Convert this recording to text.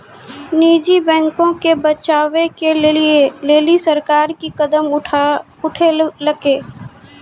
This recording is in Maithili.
निजी बैंको के बचाबै के लेली सरकार कि कदम उठैलकै?